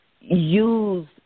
use